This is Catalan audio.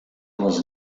les